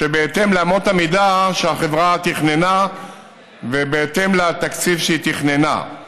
שזה בהתאם לאמות המידה שהחברה תכננה ובהתאם לתקציב שהיא תכננה.